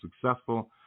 successful